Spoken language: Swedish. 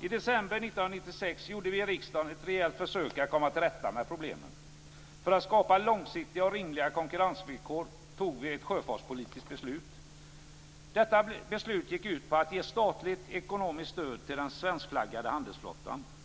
I december 1996 gjorde vi i riksdagen ett rejält försök att komma till rätta med problemen. För att skapa långsiktiga och rimliga konkurrensvillkor tog vi ett sjöfartspolitiskt beslut. Detta beslut gick ut på att ge statligt ekonomiskt stöd till den svenskflaggade handelsflottan.